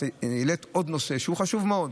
את העלית עוד נושא חשוב מאוד,